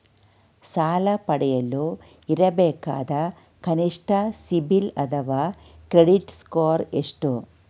ಸಾಲ ಪಡೆಯಲು ಇರಬೇಕಾದ ಕನಿಷ್ಠ ಸಿಬಿಲ್ ಅಥವಾ ಕ್ರೆಡಿಟ್ ಸ್ಕೋರ್ ಎಷ್ಟು?